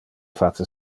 face